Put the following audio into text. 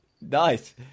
nice